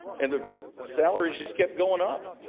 and the salaries just kept going up